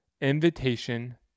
invitation